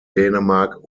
dänemark